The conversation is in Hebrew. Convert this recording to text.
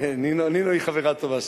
נינו היא חברה טובה שלי.